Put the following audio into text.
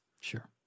Sure